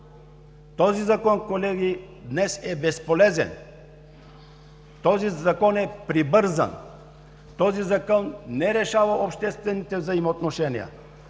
Този Закон, колеги, днес е безполезен. Този Закон е прибързан. Този Закон не решава обществените взаимоотношения.